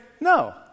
no